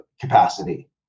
capacity